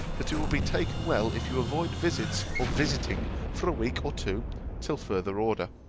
that it will be taken well if you avoid visits or visitings for a week or two till further order.